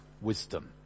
wisdom